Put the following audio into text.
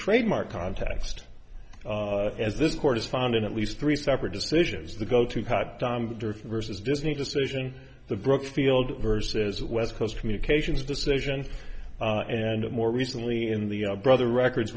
trademark context as this court is found in at least three separate decisions the go to cut versus disney decision the brookfield versus west coast communications decision and more recently in the brother records